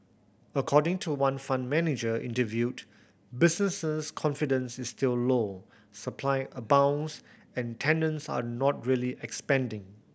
according to one fund manager interviewed businesses confidence is still low supply abounds and tenants are not really expanding